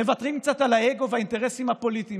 מוותרים קצת על האגו והאינטרסים הפוליטיים